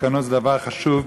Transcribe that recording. התקנון הוא דבר חשוב,